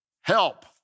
help